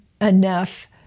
enough